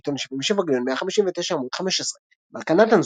עיתון 77, גל' 159, עמ' 15. מלכה נתנזון.